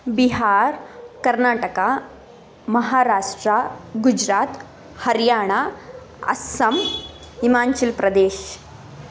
Bihar Karnataka Maharashtra Gujarat Haryana Assam Himachal Pradesh